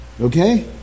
Okay